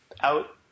out